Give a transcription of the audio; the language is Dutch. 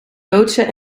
loodsen